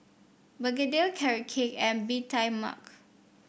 begedil Carrot Cake and Bee Tai Mak